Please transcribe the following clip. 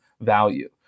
value